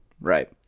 Right